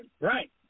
Right